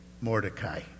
Mordecai